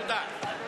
תודה.